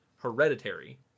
hereditary